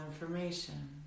information